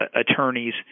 attorneys